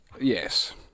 yes